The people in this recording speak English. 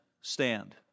stand